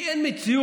כי אין מציאות